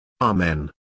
Amen